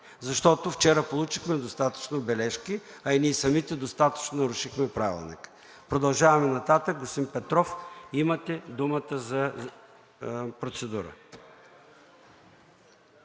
Защото вчера получихме достатъчно бележки, а и ние самите достатъчно нарушихме Правилника. Продължаваме нататък – господин Петров, имате думата за процедура.